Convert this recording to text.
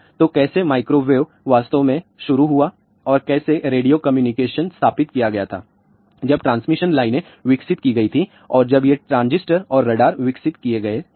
तो कैसे माइक्रोवेव वास्तव में शुरू हुआ और कैसे रेडियो कम्युनिकेशन स्थापित किया गया था जब ट्रांसमिशन लाइनें विकसित की गई थीं और जब ये ट्रांजिस्टर और रडार विकसित किए गए थे